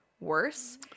worse